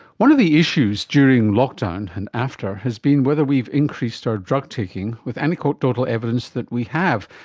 one of the issues during lockdown and after has been whether we've increased our drug taking, with anecdotal evidence that we have,